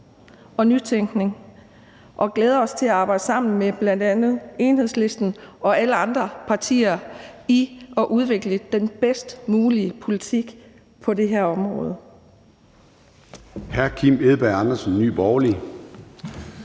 og nytænkning, og at vi glæder os til at arbejde sammen med bl.a. Enhedslisten og alle andre partier for at udvikle den bedst mulige politik på det her område.